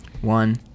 One